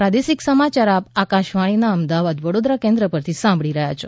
આ પ્રાદેશિક સમાચાર આપ આકાશવાણીના અમદાવાદ વડોદરા કેન્દ્ર પરથી સાંભળી રહ્યા છે